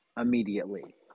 immediately